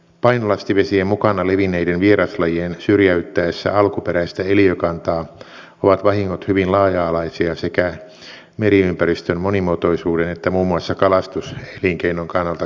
painolastivesien mukana levinneiden vieraslajien syrjäyttäessä alkuperäistä eliökantaa ovat vahingot hyvin laaja alaisia sekä meriympäristön monimuotoisuuden että muun muassa kalastuselinkeinon kannalta katsottuna